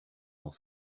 dans